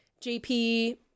JP